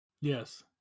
Yes